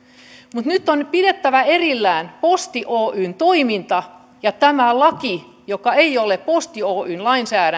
mutta nyt on pidettävä erillään posti oyn toiminta ja tämä laki joka ei ole posti oyn lainsäädäntöä